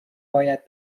باید